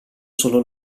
solo